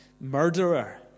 murderer